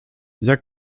jak